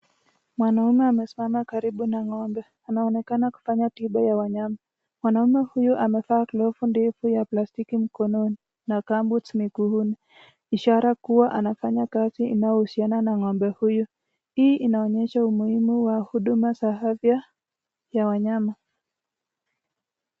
Mwanaume amesimama karibu na ngombe. Anaonekana kufanya tiba ya wanyama . Mwanaume huyu amevaa glovu ndefu ya plastiki mikononi na gumboots miguuni . Ishara kuwa anafanya kazi inayohusiana na ngombe huyu. Hii inaonyesha umuhimu wa huduma za afya ya wanyama.